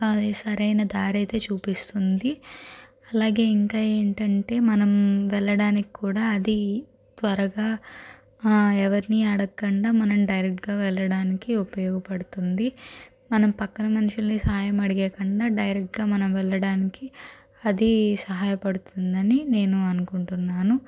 సరైన దారైతే చూపిస్తుంది అలాగే ఇంకా ఏమిటంటే మనం వెళ్ళడానికి కూడ అది త్వరగా ఎవర్ని అడుగకుండా మనం డైరెక్ట్గా వెళ్ళడానికి ఉపయోగపడుతుంది మనం పక్కన మనుషులని సహాయం అడిగేకన్నా డైరెక్ట్గా మనం వెళ్ళడానికి అది సహాయపడుతుందని నేను అనుకుంటున్నాను